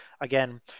again